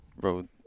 road